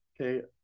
Okay